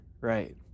right